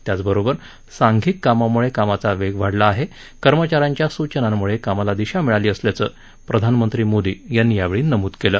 त्याच बरोबर सांधिक कामामुळे कामाचा वेग वाढला आहे कर्मचाऱ्यांच्या सूचनामुळे कामाला दिशा मिळाली असंल्याचं प्रधानमंत्री मोदी यांनी यावेळी नमूद केलं